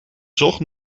zocht